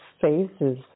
faces